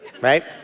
Right